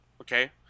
okay